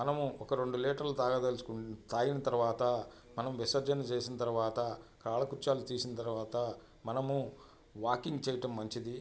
మనము ఒక రెండు లీటర్లు తాగదల్చుకుని తాగిన తరువాత మనం విసర్జన చేసిన తరువాత కాల కృత్యాలు చేసిన తరువాత మనము వాకింగ్ చేయటం మంచిది